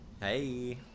Hey